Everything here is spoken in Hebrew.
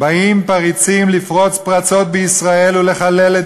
באים פריצים לפרוץ פרצות בישראל ולחלל את